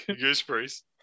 Gooseberries